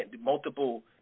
multiple